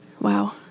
wow